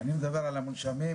אני מדבר על המונשמים,